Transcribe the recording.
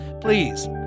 please